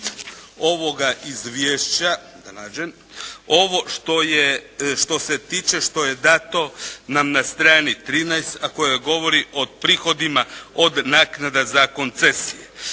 ovo što je, što se tiče, što je dato nam na strani 13. a koja govori o prihodima od naknada za koncesije.